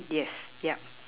yes yup